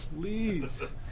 Please